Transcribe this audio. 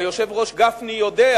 היושב-ראש גפני יודע